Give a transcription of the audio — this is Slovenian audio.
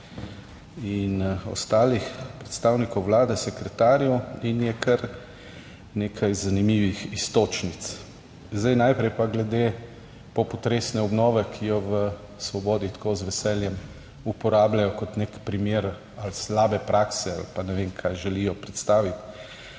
in ostalih predstavnikov Vlade, sekretarjev in je kar nekaj zanimivih iztočnic. Zdaj najprej pa glede popotresne obnove, ki jo v Svobodi tako z veseljem uporabljajo kot nek primer ali slabe prakse ali pa ne vem, kaj želijo predstaviti.